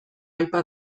aipa